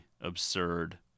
absurd